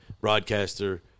broadcaster